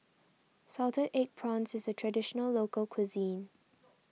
Salted Egg Prawns is a Traditional Local Cuisine